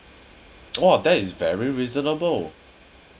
!whoa! that is very reasonable